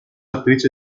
attrice